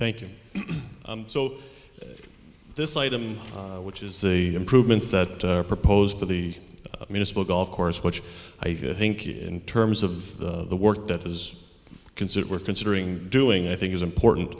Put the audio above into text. thank you so this item which is the improvements that are proposed for the municipal golf course which i think in terms of the work that is considered worth considering doing i think is important